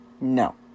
No